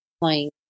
playing